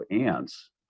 ants